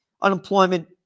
unemployment